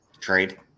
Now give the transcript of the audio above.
Trade